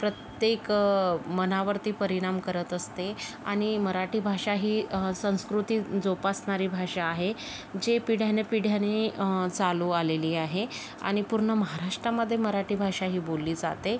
प्रत्येक मनावरती परिणाम करत असते आणि मराठी भाषा ही संस्कृती जोपासणारी भाषा आहे जे पिढ्याने पिढ्याने चालू आलेली आहे आणि पूर्ण महाराष्ट्रामध्ये मराठी भाषा ही बोलली जाते